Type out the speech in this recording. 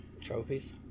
Trophies